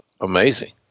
amazing